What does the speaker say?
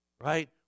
Right